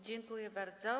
Dziękuję bardzo.